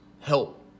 help